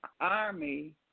army